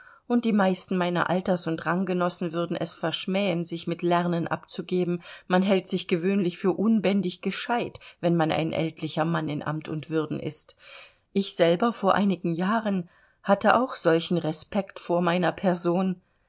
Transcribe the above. und die meisten meiner alters und ranggenossen würden es verschmähen sich mit lernen abzugeben man hält sich gewöhnlich für unbändig gescheit wenn man ein ältlicher mann in amt und würden ist ich selber vor einigen jahren hatte auch solchen respekt vor meiner person